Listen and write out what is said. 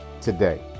today